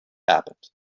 happened